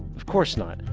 of course not,